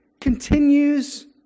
continues